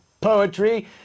poetry